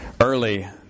Early